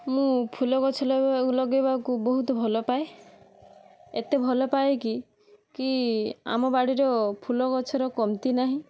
ମୁଁ ଫୁଲଗଛ ଲଗେଇ ଲଗେଇବାକୁ ବହୁତ ଭଲ ପାଏ ଏତେ ଭଲ ପାଏ କି କି ଆମ ବାଡ଼ିର ଫୁଲଗଛର କମତି ନାହିଁ